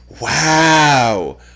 Wow